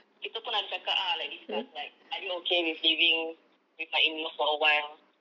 kita pun ada cakap ah like discuss are you okay with living with my in-laws for a while